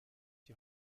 die